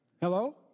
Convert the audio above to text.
Hello